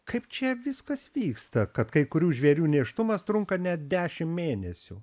kaip čia viskas vyksta kad kai kurių žvėrių nėštumas trunka net dešimt mėnesių